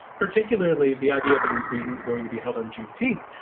particularly the idea that it was being going to be held on juneteenth.